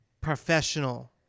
professional